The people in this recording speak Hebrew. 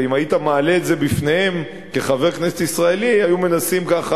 ואם היית מעלה את זה בפניהם כחבר כנסת ישראלי היו מנסים ככה,